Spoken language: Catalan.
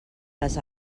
les